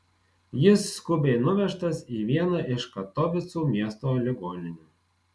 jis skubiai nuvežtas į vieną iš katovicų miesto ligoninių